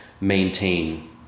maintain